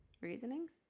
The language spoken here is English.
Reasonings